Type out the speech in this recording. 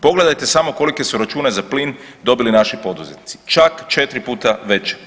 Pogledajte samo kolike su račune za plin dobili naši poduzetnici, čak 4 puta veće.